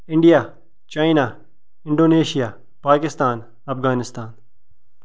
India China Indonesia Pakistan Afghanistan